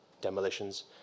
demolitions